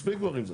מספיק כבר עם זה.